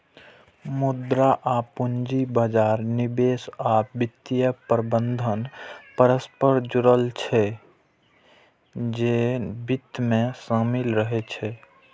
मुद्रा आ पूंजी बाजार, निवेश आ वित्तीय प्रबंधन परस्पर जुड़ल छै, जे वित्त मे शामिल रहै छै